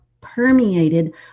permeated